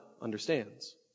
understands